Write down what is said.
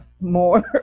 more